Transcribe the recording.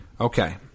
Okay